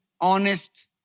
honest